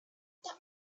that